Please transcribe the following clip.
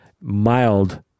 mild